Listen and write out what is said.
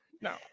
No